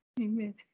amen